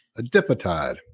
Adipotide